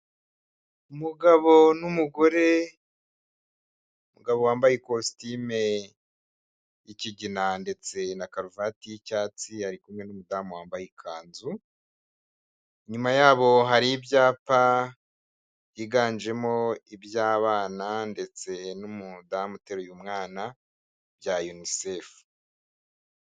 Umugabo n'umugore, umugabo wambaye ikositime y'ikigina ndetse na karuvati y'icyatsi ari kumwe n'umudamu wambaye ikanzu, inyuma ya bo hari ibyapa byiganjemo iby'abana ndetse n'umudamu uteruye umwana bya Unicef.